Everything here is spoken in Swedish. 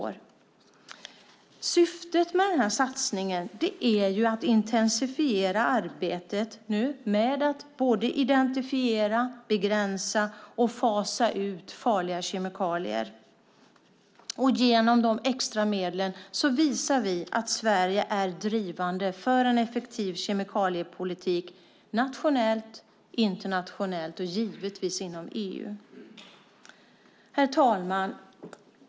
Syftet med satsningen är att intensifiera arbetet med att identifiera, begränsa och fasa ut farliga kemikalier. Genom de extra medlen visar vi att Sverige är drivande när det gäller en effektiv kemikaliepolitik nationellt, internationellt och givetvis inom EU. Herr talman!